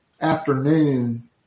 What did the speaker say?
afternoon